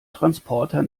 transporter